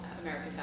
American